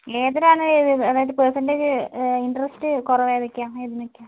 ഏതിലാണ് അതായത് percentage interest കുറവ് ഏതൊക്കെയാണ് ഏതിനൊക്കെയാണ്